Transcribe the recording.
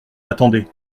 attendez